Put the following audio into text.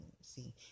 see